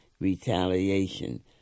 retaliation